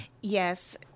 Yes